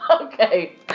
Okay